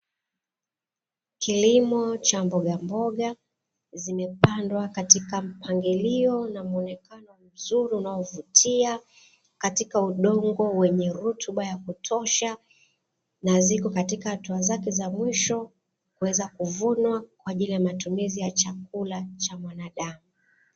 Kilimo cha mbogamboga zimepandwa katika mpangilio na muonekano mzuri unaovutia katika udongo wenye rutuba ya kutosha, na ziko katika hatua zake za mwisho kuweza kuvunwa kwa ajili ya matumizi ya chakula cha mwanadamu.